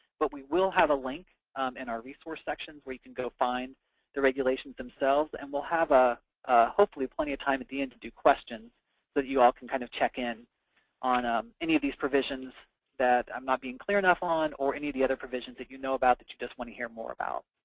but we will have a link in our resource section where you can go find the regulations themselves, and we'll have ah hopefully plenty of time at the end to do questions so that you all can kind of check in on um any of these provisions that i'm not being clear enough on, or any of the other provisions that you know about that you just want to hear more about.